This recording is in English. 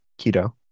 keto